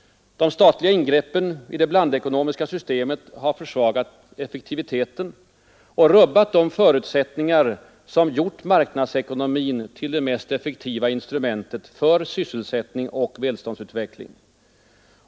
De statliga ingreppen i det blandekonomiska systemet har försvagat effektiviteten och rubbat de förutsättningar som gjort marknadsekonomin till det mest effektiva instrumentet för sysselsättning och välståndsutveckling.